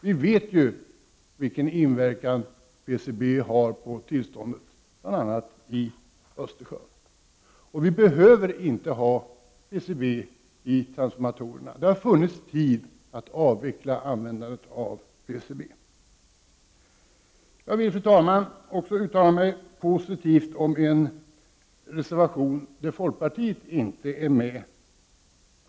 Vi vet ju vilken inverkan PCB bl.a. har på tillståndet i Östersjön. Vi behöver inte ha PCB i transformatorer. Det har funnits tid att avveckla användandet av PCB. Jag vill uttala mig positivt även om en reservation där folkpartiet inte är med.